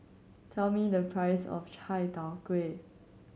tell me the price of Chai Tow Kuay